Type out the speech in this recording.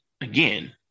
again